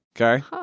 Okay